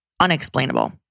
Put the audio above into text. unexplainable